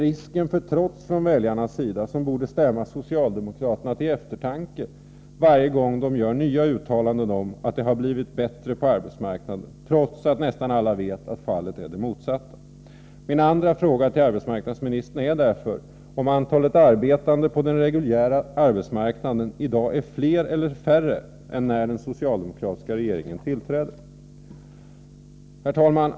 Risken för trots från väljarnas sida borde stämma socialdemokraterna till eftertanke varje gång de gör nya uttalanden om att det blivit bättre på arbetsmarknaden, trots att nästan alla vet att fallet är det motsatta. Min andra fråga till arbetsmarknadsministern är därför, om antalet arbetande på den reguljära arbetsmarknaden i dag är större eller mindre än när den socialdemokratiska regeringen tillträdde.